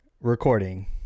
recording